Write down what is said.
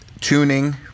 tuning